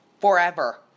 forever